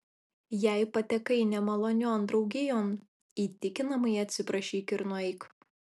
jei patekai nemalonion draugijon įtikinamai atsiprašyk ir nueik